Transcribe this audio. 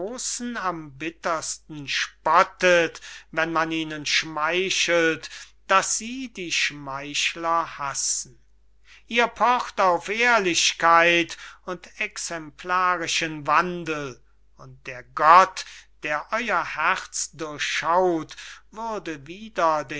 am bittersten spottet wenn man ihnen schmeichelt daß sie die schmeichler hassen ihr pocht auf ehrlichkeit und exemplarischen wandel und der gott der euer herz durchschaut würde wider